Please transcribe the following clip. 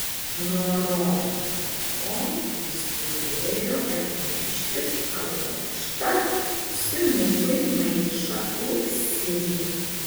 norom nenorom jis turėjo atnešti praloštą simukui maišą auksinių